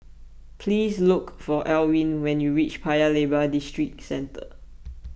please look for Alwine when you reach Paya Lebar Districentre